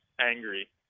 angry